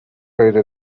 غیر